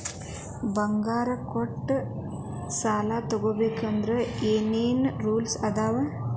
ಬಂಗಾರ ಕೊಟ್ಟ ಸಾಲ ತಗೋಬೇಕಾದ್ರೆ ಏನ್ ಏನ್ ರೂಲ್ಸ್ ಅದಾವು?